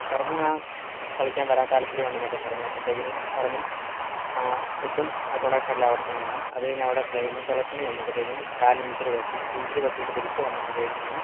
അപ്പം പറഞ്ഞു ആ കളിക്കാൻ വരാൻ താല്പര്യോണ്ടൊന്നൊക്കെ പറഞ്ഞ് അപ്പത്തേക്കിനും പറഞ്ഞു ഫുഡും അക്കോമൊഡേഷൻ എല്ലാം അവിടെ തന്നെയാണ് അത് കഴിഞ്ഞ് അവിടെ ട്രെയിനിങ്ങ് സെലക്ഷന് ചെന്നപ്പോഴ്ത്തേക്കിനും കാലിന് ഇഞ്ചുറി പറ്റി ഇഞ്ചുറി പറ്റീട്ട് തിരിച്ച് വന്നപ്പോഴ്ത്തേക്കിനും ആണ്